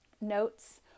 notes